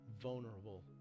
vulnerable